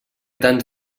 tants